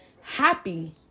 happy